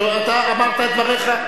אתה אמרת את דבריך.